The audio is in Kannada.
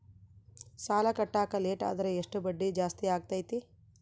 ಸಾಲ ಕಟ್ಟಾಕ ಲೇಟಾದರೆ ಎಷ್ಟು ಬಡ್ಡಿ ಜಾಸ್ತಿ ಆಗ್ತೈತಿ?